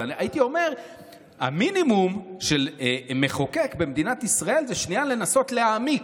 אבל הייתי אומר שהמינימום של מחוקק במדינת ישראל זה שנייה לנסות להעמיק,